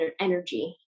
energy